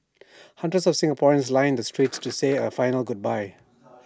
hundreds of Singaporeans lined the streets to say A final goodbye